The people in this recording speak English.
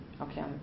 Okay